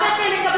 החשש שהם יקבלו,